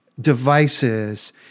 devices